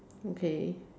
okay